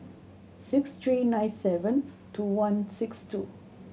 six three nine seven two one six two